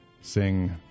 sing